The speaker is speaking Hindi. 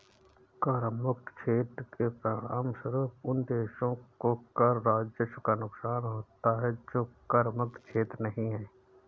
कर मुक्त क्षेत्र के परिणामस्वरूप उन देशों को कर राजस्व का नुकसान होता है जो कर मुक्त क्षेत्र नहीं हैं